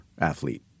athlete